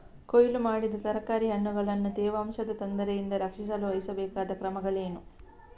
ಕೊಯ್ಲು ಮಾಡಿದ ತರಕಾರಿ ಹಣ್ಣುಗಳನ್ನು ತೇವಾಂಶದ ತೊಂದರೆಯಿಂದ ರಕ್ಷಿಸಲು ವಹಿಸಬೇಕಾದ ಕ್ರಮಗಳೇನು?